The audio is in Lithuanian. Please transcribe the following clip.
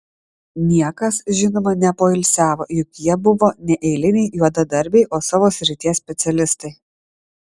niekas žinoma nepoilsiavo juk jie buvo ne eiliniai juodadarbiai o savo srities specialistai